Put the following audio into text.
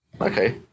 Okay